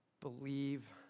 Believe